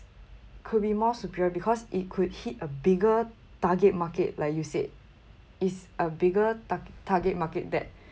could be more superior because it could hit a bigger target market like you said it's a bigger ta~ target market that